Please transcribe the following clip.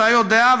ואתה יודע,